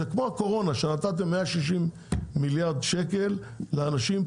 שנתתם 160 מיליארד שקל לאנשים,